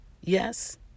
Yes